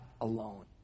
alone